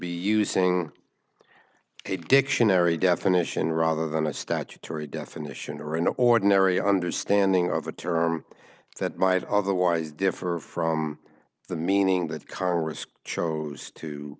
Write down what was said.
be using a dictionary definition rather than a statutory definition or an ordinary understanding of a term that might otherwise differ from the meaning that karl risk chose to